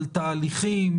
על תהליכים,